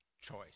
choice